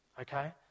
okay